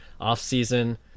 off-season